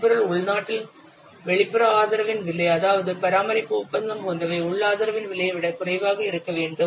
மென்பொருள் உள்நாட்டில் வெளிப்புற ஆதரவின் விலை அதாவது பராமரிப்பு ஒப்பந்தம் போன்றவை உள் ஆதரவின் விலையை விட குறைவாக இருக்க வேண்டும்